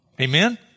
Amen